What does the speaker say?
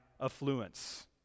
affluence